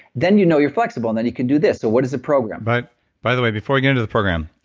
then you know you're flexible and then you can do this. what does the program? but by the way before we get into the program,